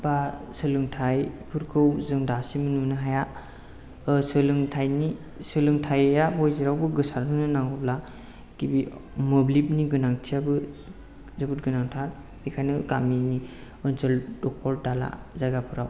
बा सोलोंथाइफोरखौ जों दासिम नुनो हाया सोलोंथाइनि सोलोंथाइया जेरावबो गोसारनो होनो नांगौब्ला गिबि मोब्लिबनि गोनांथियाबो जोबोद गोनांथार बेखायनो गामिनि ओनसोल दखल दाला जायगाफोराव